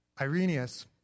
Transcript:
Irenaeus